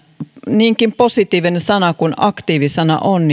niinkin positiivinen sana kuin aktiivi sana on